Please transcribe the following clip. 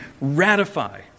ratify